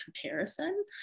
comparison